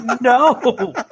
No